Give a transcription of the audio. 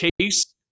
case